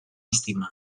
estima